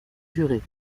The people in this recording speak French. jurés